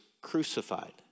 crucified